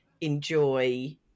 enjoy